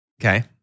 Okay